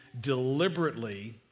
deliberately